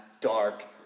dark